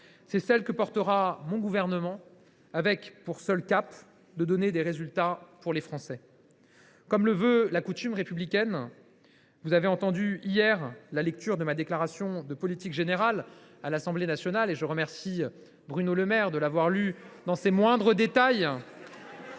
C’est celle que portera mon gouvernement, avec pour seul cap de donner des résultats pour les Français. Comme le veut la coutume républicaine, vous avez entendu hier la lecture de la déclaration de politique générale que je faisais à l’Assemblée nationale. Je remercie Bruno Le Maire de l’avoir lue dans ses moindres détails…